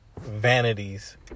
vanities